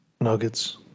Nuggets